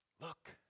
Look